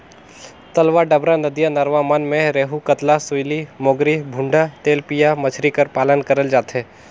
तलवा डबरा, नदिया नरूवा मन में रेहू, कतला, सूइली, मोंगरी, भुंडा, तेलपिया मछरी कर पालन करल जाथे